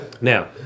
Now